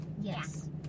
Yes